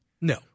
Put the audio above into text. No